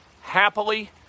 happily